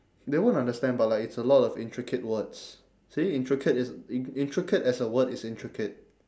they won't understand but like it's a lot of intricate words see intricate is intricate as a word is intricate